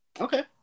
Okay